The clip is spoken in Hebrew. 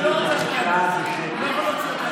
תהיה בבקשה בשקט.